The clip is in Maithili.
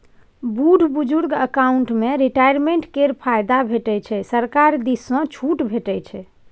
बुढ़ बुजुर्ग अकाउंट मे रिटायरमेंट केर फायदा भेटै छै सरकार दिस सँ छुट भेटै छै